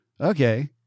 Okay